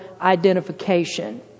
identification